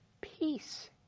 peace